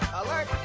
alert!